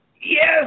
yes